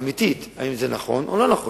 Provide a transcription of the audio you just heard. אמיתית, אם זה נכון או לא נכון.